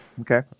Okay